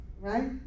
right